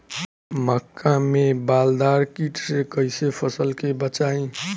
मक्का में बालदार कीट से कईसे फसल के बचाई?